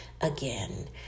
again